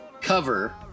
cover